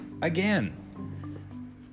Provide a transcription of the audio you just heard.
Again